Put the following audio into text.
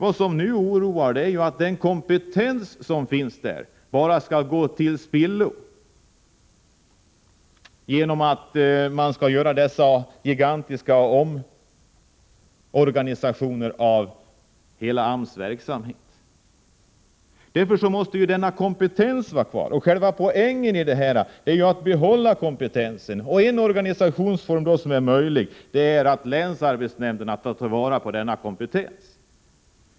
Vad som nu oroar är att den kompetens som finns där bara skall gå till spillo genom de gigantiska omorganisationerna av hela AMS verksamhet. Själva poängen är att behålla den kompetens som finns. En organisationsform som är möjlig är att länsarbetsnämnderna får ta vara på kompetensen.